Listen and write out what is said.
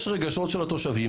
יש רגשות של התושבים.